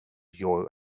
your